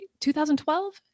2012